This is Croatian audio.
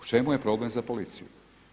U čemu je problem za policiju?